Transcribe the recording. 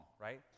right